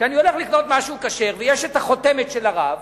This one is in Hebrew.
כשאני הולך לקנות משהו כשר, ויש חותמת של הרב,